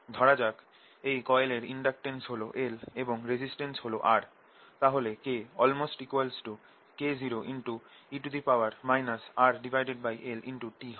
ধরা যাক এই কয়েলের ইন্ডাকটেন্স হল L এবং রেজিস্টেন্স হল R তাহলে K≅K0e RLt হবে